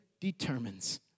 determines